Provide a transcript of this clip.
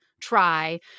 try